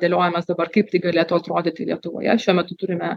dėliojamės dabar kaip tai galėtų atrodyti lietuvoje šiuo metu turime